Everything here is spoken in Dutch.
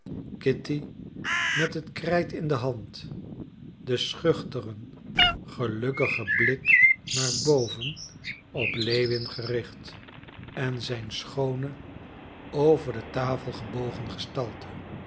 kitty met het krijt in de hand den schuchteren gelukkigen blik naar boven op lewin gericht en zijn schoone over de tafel gebogen gestalte